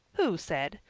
who said?